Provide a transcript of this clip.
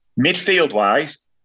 midfield-wise